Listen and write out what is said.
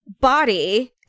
body